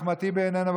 אחמד טיבי איננו,